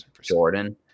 Jordan